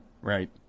Right